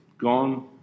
gone